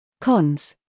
Cons